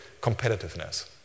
competitiveness